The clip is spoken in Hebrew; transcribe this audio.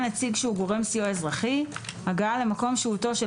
לעניין נציג שהוא גורם סיוע אזרחי הגעה למקום שהותו של